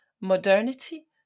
modernity